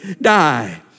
die